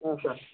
ಹ್ಞೂ ಸರ್